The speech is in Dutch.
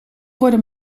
worden